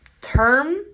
term